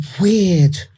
weird